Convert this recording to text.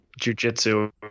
jujitsu